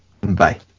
Bye